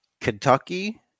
Kentucky